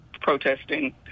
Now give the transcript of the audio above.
protesting